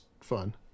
fun